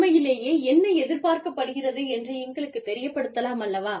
உண்மையிலேயே என்ன எதிர்பார்க்கப்படுகிறது என்று எங்களுக்கு தெரியப் படுத்தலாம் அல்லவா